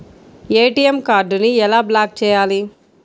ATM కార్డుని ఎలా block చేయాలి?